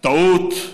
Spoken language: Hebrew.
טעות?